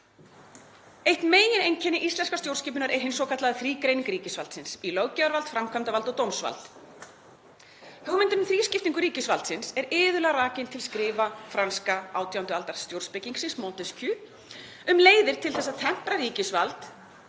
Eitt megineinkenni íslenskrar stjórnskipunar er hin svokallaða þrígreining ríkisvaldsins í löggjafarvald, framkvæmdarvald og dómsvald. Hugmyndin um þrískiptingu ríkisvaldsins er iðulega rakin til skrifa franska 18. aldar stjórnspekingsins Montesquieu, um leiðir til að tempra ríkisvald